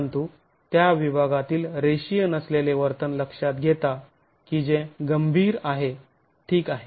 परंतु त्या विभागातील रेषीय नसलेले वर्तन लक्षात घेता की जे गंभीर आहे ठीक आहे